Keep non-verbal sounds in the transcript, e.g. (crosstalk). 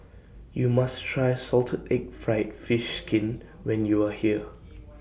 YOU must Try Salted Egg Fried Fish Skin when YOU Are here (noise)